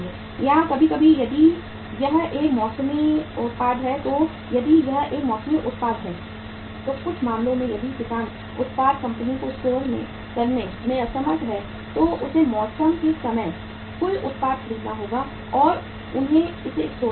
या कभी कभी यदि यह एक मौसमी उत्पाद है तो यदि यह एक मौसमी उत्पाद है तो कुछ मामलों में यदि किसान उत्पाद कंपनी को स्टोर करने में असमर्थ है तो उसे मौसम के समय कुल उत्पाद खरीदना होगा और उन्हें इसे स्टोर करना होगा